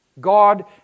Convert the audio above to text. God